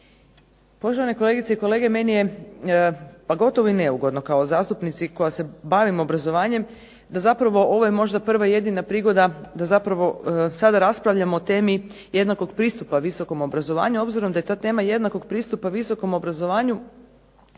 Poštovane kolegice i kolege, meni je pa gotovo i neugodno kao zastupnici koja se bavim obrazovanjem, da zapravo ovo je možda prva i jedina prigoda da zapravo sada raspravljamo o temi jednakog pristupa visokom obrazovanju, obzirom da je ta tema jednakog pristupa visokom obrazovanju